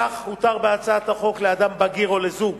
כך הותר בהצעת החוק לאדם בגיר או לזוג